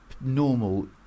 normal